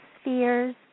spheres